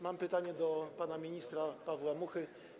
Mam pytanie do pana ministra Pawła Muchy.